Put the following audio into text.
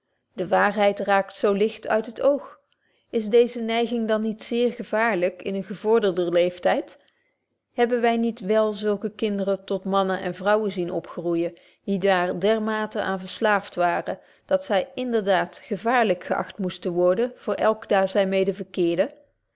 de waarheid raakt zo ligt uit het oog is deeze neiging dan niet zeer gevaarlyk in een gevorderder leeftyd hebben wy niet wel zulke kinderen tot mannen en vrouwen zien opgroeijen die daar dermate aan verslaaft waren dat zy inderdaad gevaarlyk geagt moesten worden voor elk daar zy mede verkeerden